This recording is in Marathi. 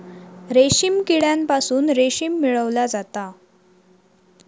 रेशीम किड्यांपासून रेशीम मिळवला जाता